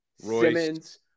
Simmons